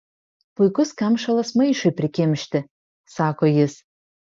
puikus kamšalas maišui prikimšti sako jis